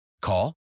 call